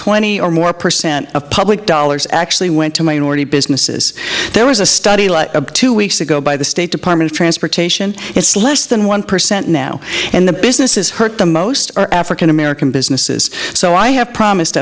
twenty or more percent of public dollars actually went to minority businesses there was a study about two weeks ago by the state department of transportation it's less than one percent now and the businesses hurt the most are african american businesses so i have promised